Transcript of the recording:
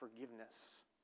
forgiveness